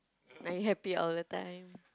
are you happy all the time